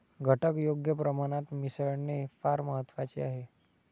घटक योग्य प्रमाणात मिसळणे फार महत्वाचे आहे